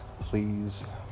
please